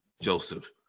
Joseph